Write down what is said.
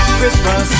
Christmas